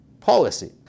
policy